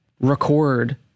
record